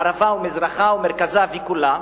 מערבה ומזרחה ומרכזה וכולה,